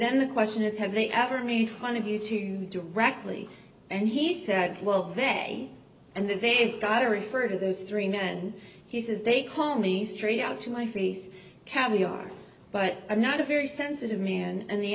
then the question is have they ever made fun of you two directly and he said well they and then they've got to refer to those three men he says they call me straight out to my face caviar but i'm not a very sensitive man and the